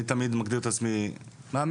אני תמיד מגדיר את עצמי מאמן.